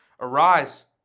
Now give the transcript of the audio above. Arise